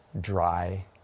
dry